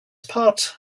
part